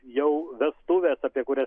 jau vestuvės apie kurias